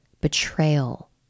betrayal